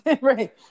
Right